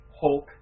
Hulk